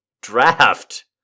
draft